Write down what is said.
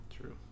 True